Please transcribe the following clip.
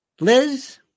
Liz